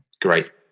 great